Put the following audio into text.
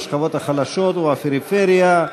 בשכבות החלשות ובפריפריה,